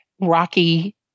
rocky